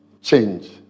change